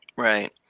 Right